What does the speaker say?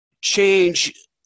change